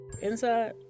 Inside